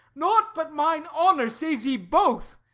naught but mine honour saves ye both.